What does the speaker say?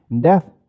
Death